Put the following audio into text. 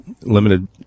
limited